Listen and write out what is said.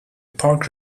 park